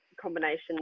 combination